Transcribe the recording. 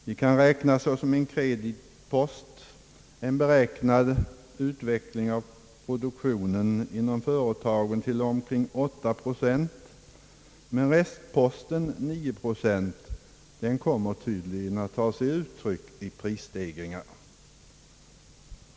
Vi kan räkna som en kreditpost en beräknad höjning av produktionen inom företagen med omkring 8 procent. Restposten, 9 procent, utgör väntande prisstegringar.